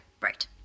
right